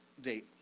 date